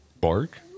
bark